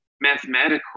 mathematical